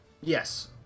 Yes